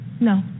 No